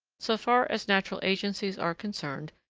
so far as natural agencies are concerned,